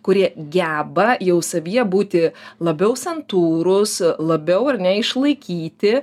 kurie geba jau savyje būti labiau santūrūs labiau ar ne išlaikyti